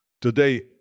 Today